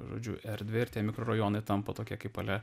žodžiu erdvė ir tie mikrorajonai tampa tokie kaip ale